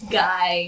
guy